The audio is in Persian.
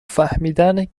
فهمیدن